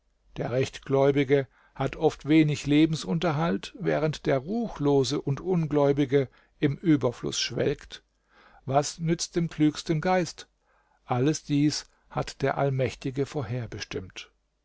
der rechtgläubige hat oft wenig lebensunterhalt während der ruchlose und ungläubige im überfluß schwelgt was nützt dem klügsten geist alles dies hat der allmächtige vorherbestimmt